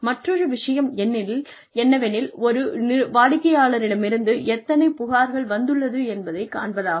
மற்றொரு விஷயம் என்னவெனில் ஒரு வாடிக்கையாளரிடமிருந்து எத்தனை புகார்கள் வந்துள்ளது என்பதைக் காண்பதாகும்